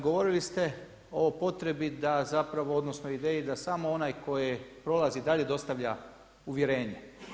Govorili ste o potrebi zapravo odnosno o ideji da samo onaj tko je prolazi dalje dostavlja uvjerenje.